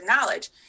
knowledge